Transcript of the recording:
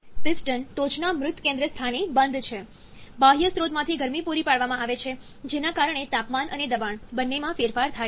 piston ટોચના મૃત કેન્દ્ર સ્થાને બંધ છે બાહ્ય સ્ત્રોતમાંથી ગરમી પુરી પાડવામાં આવે છે જેના કારણે તાપમાન અને દબાણ બંનેમાં ફેરફાર થાય છે